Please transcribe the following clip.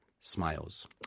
Smiles